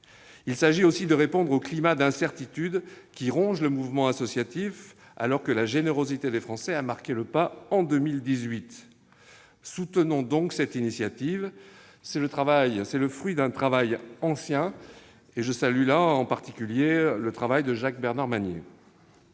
Il s'agit aussi de répondre au climat d'incertitude qui ronge le mouvement associatif, alors que la générosité des Français a marqué le pas en 2018. Soutenons donc cette initiative, fruit d'un travail ancien, en particulier de Jacques-Bernard Magner,